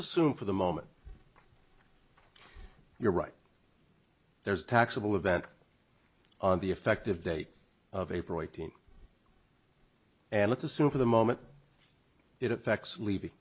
assume for the moment your right there is taxable event on the effective date of april eighteenth and let's assume for the moment it affects le